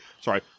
sorry